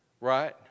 right